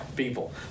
people